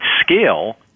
scale